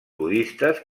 budistes